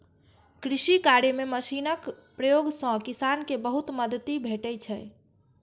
कृषि कार्य मे मशीनक प्रयोग सं किसान कें बहुत मदति भेटै छै